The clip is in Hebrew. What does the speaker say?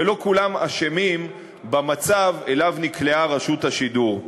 ולא כולם אשמים במצב שאליו נקלעה רשות השידור.